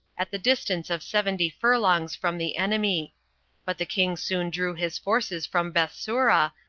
at the distance of seventy furlongs from the enemy but the king soon drew his forces from bethsura,